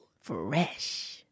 Fresh